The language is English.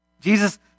Jesus